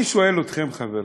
אני שואל אתכם, חברים: